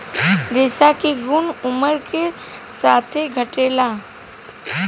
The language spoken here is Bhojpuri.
रेशा के गुन उमर के साथे घटेला